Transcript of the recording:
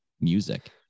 music